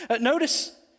Notice